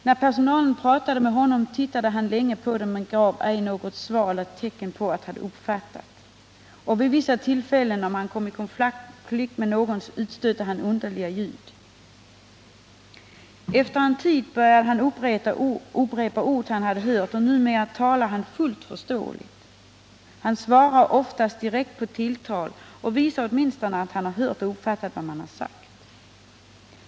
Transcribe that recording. När personalen talade med honom tittade han länge på dem, men gav ej något svar eller tecken på att han uppfattat. Vid vissa tillfällen, exempelvis när han kom i konflikt med någon, utstötte han underliga ljud. Efter en tid började han upprepa ord som han hört, och numera talar han fullt förståeligt. Han svarar oftast direkt på tilltal och visar åtminstone att han har hört och uppfattat vad man har sagt.